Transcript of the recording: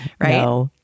right